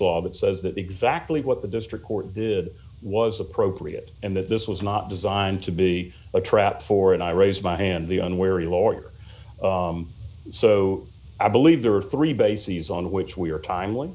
law that says that exactly what the district court was appropriate and that this was not designed to be a trap for and i raised my hand the unwary lower so i believe there are three bases on which we are time